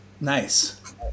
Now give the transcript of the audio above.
nice